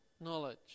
knowledge